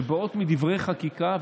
שבאות מדברי חקיקה,